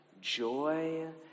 joy